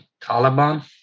Taliban